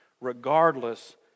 regardless